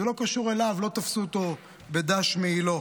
זה לא קשור אליו, לא תפסו אותו בדש מעילו.